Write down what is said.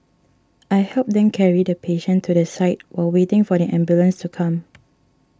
I helped them carry the patient to the side while waiting for the ambulance to come